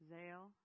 Zale